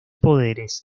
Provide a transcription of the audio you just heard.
poderes